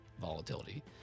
volatility